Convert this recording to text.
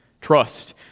Trust